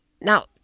Now